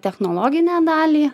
technologinę dalį